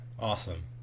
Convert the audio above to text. Awesome